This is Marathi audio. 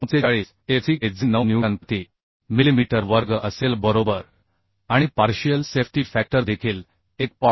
45 f c k जे 9 न्यूटन प्रति मिलिमीटर वर्ग असेल बरोबर आणि पार्शियल सेफ्टि फॅक्टर देखील 1